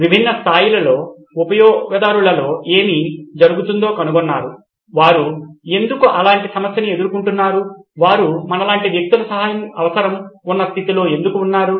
విభిన్న స్థాయిలలో ఉపయొగదారులలో ఏమి జరుగుతుందో కనుగొన్నారు వారు ఎందుకు అలాంటి సమస్యను ఎదుర్కొంటున్నారు వారు మనలాంటి వ్యక్తుల సహాయం అవసరం ఉన్న స్థితిలో ఎందుకు ఉన్నారు